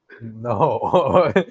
No